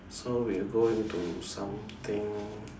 so we'll go into something